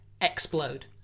explode